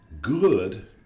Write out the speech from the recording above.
good